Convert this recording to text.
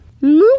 Move